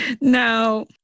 Now